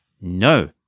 No